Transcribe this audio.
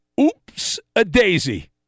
Oops-a-daisy